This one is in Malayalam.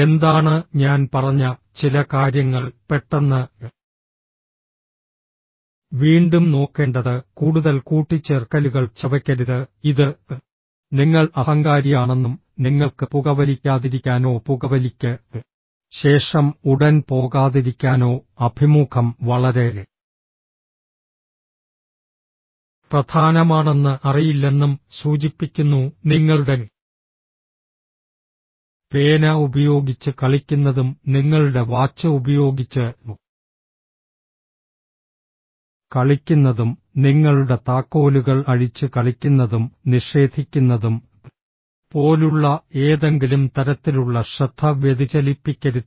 എന്താണ് ഞാൻ പറഞ്ഞ ചില കാര്യങ്ങൾ പെട്ടെന്ന് വീണ്ടും നോക്കേണ്ടത് കൂടുതൽ കൂട്ടിച്ചേർക്കലുകൾ ചവയ്ക്കരുത് ഇത് നിങ്ങൾ അഹങ്കാരിയാണെന്നും നിങ്ങൾക്ക് പുകവലിക്കാതിരിക്കാനോ പുകവലിക്ക് ശേഷം ഉടൻ പോകാതിരിക്കാനോ അഭിമുഖം വളരെ പ്രധാനമാണെന്ന് അറിയില്ലെന്നും സൂചിപ്പിക്കുന്നു നിങ്ങളുടെ പേന ഉപയോഗിച്ച് കളിക്കുന്നതും നിങ്ങളുടെ വാച്ച് ഉപയോഗിച്ച് കളിക്കുന്നതും നിങ്ങളുടെ താക്കോലുകൾ അഴിച്ച് കളിക്കുന്നതും നിഷേധിക്കുന്നതും പോലുള്ള ഏതെങ്കിലും തരത്തിലുള്ള ശ്രദ്ധ വ്യതിചലിപ്പിക്കരുത്